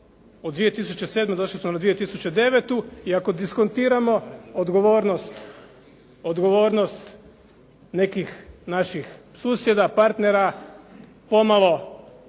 Od 2007. došli smo na 2009. i ako diskontiramo odgovornost nekih naših susjeda, partnera, pomalo